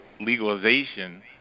legalization